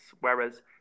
Whereas